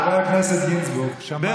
זה הליכוד, חבר הכנסת גינזבורג, שמענו.